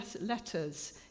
letters